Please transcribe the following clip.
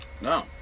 No